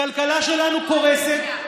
הכלכלה שלנו קורסת,